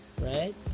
Right